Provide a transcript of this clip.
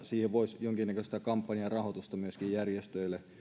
siihen voisi jonkinnäköistä kampanjarahoitusta myöskin järjestöille